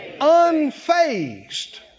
unfazed